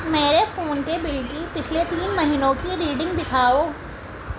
میرے فون کے بل کی پچھلے تین مہینوں کی ریڈنگ دکھاؤ